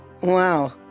Wow